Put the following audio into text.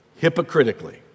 hypocritically